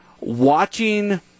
watching –